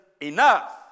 enough